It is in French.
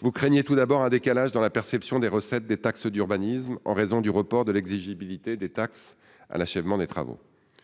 Vous craignez tout d'abord un décalage dans la perception des recettes des taxes d'urbanisme en raison du report de l'exigibilité des taxes à l'achèvement des travaux.